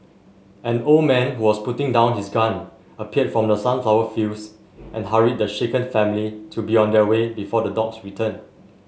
an old man who was putting down his gun appeared from the sunflower fields and hurried the shaken family to be on their way before the dogs return